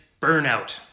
burnout